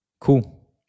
Cool